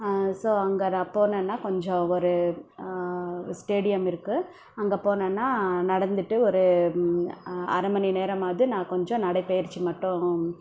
so அங்கே நான் போனேன்னா கொஞ்சம் ஒரு ஸ்டேடியம் இருக்குது அங்கே போனேன்னா நடந்துவிட்டு ஒரு அரைமணி நேரமாவது நான் கொஞ்சம் நடைப்பயிற்சி மட்டும்